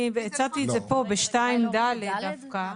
אני הצעתי את זה פה ב-2(ד) דווקא.